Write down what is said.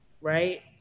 right